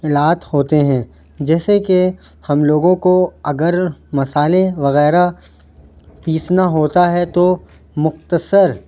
آلات ہوتے ہیں جیسے کہ ہم لوگوں کو اگر مسالے وغیرہ پیسنا ہوتا ہے تو مختصر